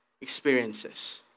experiences